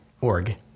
org